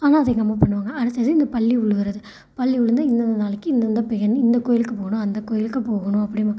ஆனால் அது எங்கள் அம்மா பண்ணுவாங்க அடுத்தது இந்த பல்லி உழுவறது பல்லி உழுந்தா இந்தந்த நாளைக்கு இந்தந்த பெயருன்னு இந்த கோவிலுக்கு போகணும் அந்தக் கோவிலுக்கு போகணும் அப்படிம்பாங்க